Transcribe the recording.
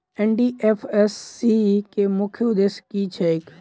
NDFSC केँ मुख्य उद्देश्य की छैक?